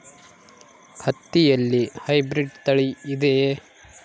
ಹತ್ತಿಯಲ್ಲಿ ಹೈಬ್ರಿಡ್ ತಳಿ ಇದೆಯೇ?